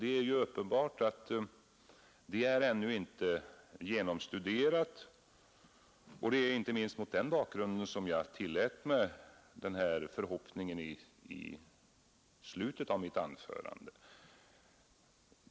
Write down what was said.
Det är uppenbart att detta ännu inte är genomstuderat, och det är inte minst mot den bakgrunden som jag tillät mig den förhoppning som jag framförde i slutet av mitt förra anförande.